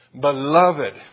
beloved